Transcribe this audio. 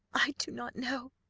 i do not know.